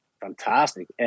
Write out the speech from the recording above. fantastic